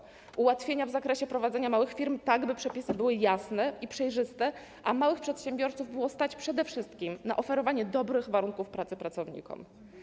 Musimy wprowadzić ułatwienia w zakresie prowadzenia małych firm w taki sposób, by przepisy były jasne i przejrzyste, a małych przedsiębiorców było stać przede wszystkim na oferowanie dobrych warunków pracy pracownikom.